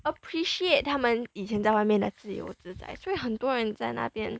appreciate 他们以前在外面的自由自在所以很多人在那边